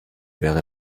wäre